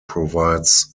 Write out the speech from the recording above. provides